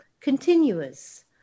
continuous